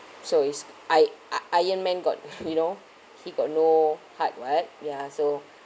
so it's i~ i~ iron man got you know he got no heart [what] ya so